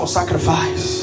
sacrifice